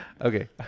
Okay